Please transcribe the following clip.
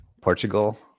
Portugal